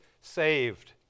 saved